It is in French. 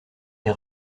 est